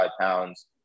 pounds